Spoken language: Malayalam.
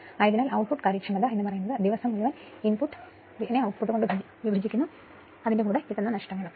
അതിനാൽ ഉത്പാദനത്തിന്റെ കാര്യക്ഷമത എന്നത് ഉത്പാദനംനിക്ഷേപം കണക്കാക്കുമ്പോൾ നഷ്ടങ്ങൾ ആയിരിക്കും